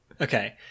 Okay